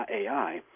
AI